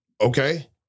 Okay